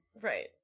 Right